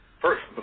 First